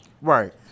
Right